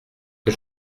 que